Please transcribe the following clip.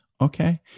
Okay